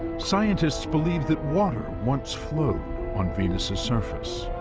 scientists believe that water once flowed on venus' surface.